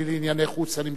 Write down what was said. הנמצא אתנו כאן,